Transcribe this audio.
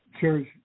Church